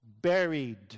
buried